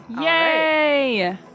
Yay